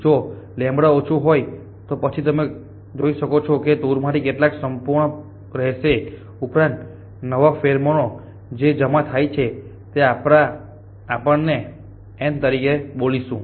જો લેમ્બડા ઓછું હોય તો પછી તમે જોઈ શકો છો કે ટૂર માંથી કેટલાક સંપૂર્ણ રહેશે ઉપરાંત નવા ફેરોમોન જે જમા થાય છે અને આપણે ij તરીકે બોલાવીશું